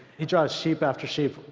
he draws sheep after sheep.